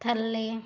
ਥੱਲੇ